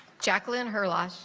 jacqueline hirlaj